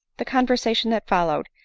the conversation that followed,